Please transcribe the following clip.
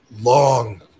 long